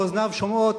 ואוזניו שומעות,